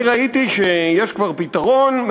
אני ראיתי שיש כבר פתרון,